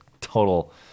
total